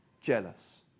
jealous